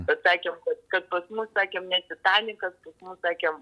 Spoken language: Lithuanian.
bet sakėm kad kad pas mus sakėm ne titanikas pas mus sakėm